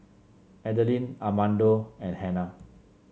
Adeline Armando and Hannah